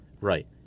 Right